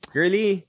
Girly